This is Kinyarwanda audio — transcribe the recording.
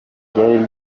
ryari